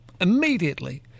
immediately